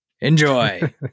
Enjoy